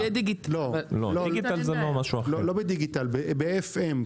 לא בדיגיטל, ב-FM.